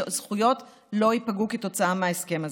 שזכויות לא ייפגעו כתוצאה מההסכם הזה.